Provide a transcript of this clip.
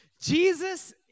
Jesus